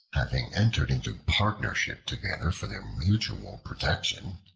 having entered into partnership together for their mutual protection,